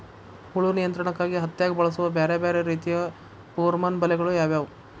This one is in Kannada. ಹುಳು ನಿಯಂತ್ರಣಕ್ಕಾಗಿ ಹತ್ತ್ಯಾಗ್ ಬಳಸುವ ಬ್ಯಾರೆ ಬ್ಯಾರೆ ರೇತಿಯ ಪೋರ್ಮನ್ ಬಲೆಗಳು ಯಾವ್ಯಾವ್?